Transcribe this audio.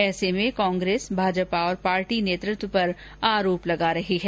ऐसे में कांग्रेस भाजपा और पार्टी नेतृत्व पर आरोप लगाा रही है